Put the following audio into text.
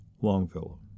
Longfellow